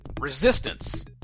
Resistance